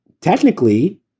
technically